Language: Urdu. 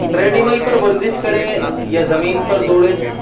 ٹریڈمل پر ورزش کریں یا زمین پر دوڑیں